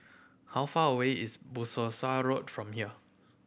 how far away is from here